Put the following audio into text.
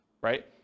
right